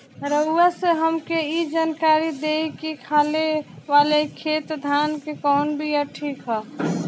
रउआ से हमके ई जानकारी देई की खाले वाले खेत धान के कवन बीया ठीक होई?